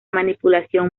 manipulación